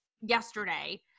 yesterday